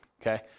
Okay